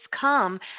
come